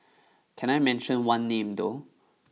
can I mention one name though